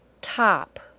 Top